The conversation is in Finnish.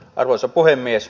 arvoisa puhemies